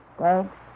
Thanks